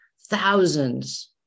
thousands